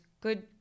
good